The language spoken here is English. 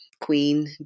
queen